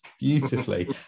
beautifully